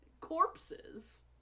corpses